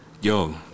Yo